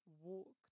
Walk